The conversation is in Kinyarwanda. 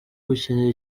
gukinira